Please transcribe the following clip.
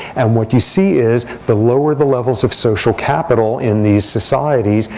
and what you see is the lower the levels of social capital in these societies,